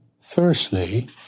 firstly